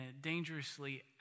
dangerously